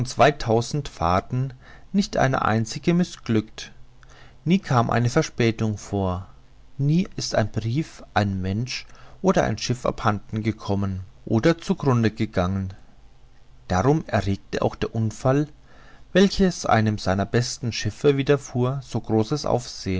zweitausend fahrten nicht eine einzige mißglückt nie kam eine verspätung vor nie ist ein brief ein mensch oder ein schiff abhanden gekommen oder zu grunde gegangen darum erregte auch der unfall welcher einem seiner besten schiffe widerfuhr so großes